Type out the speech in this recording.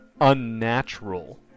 unnatural